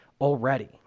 already